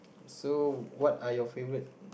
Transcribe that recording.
so what are your favourite